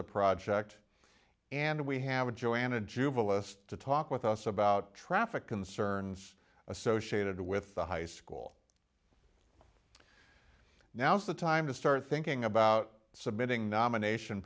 the project and we have a joanna jubal us to talk with us about traffic concerns associated with the high school now's the time to start thinking about submitting nomination